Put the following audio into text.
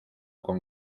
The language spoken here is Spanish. con